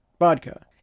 vodka